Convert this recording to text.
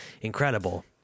incredible